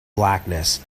blackness